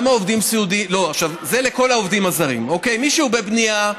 זה לכל העובדים הזרים: מי שהוא בבנייה,